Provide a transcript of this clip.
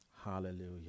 Hallelujah